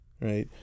right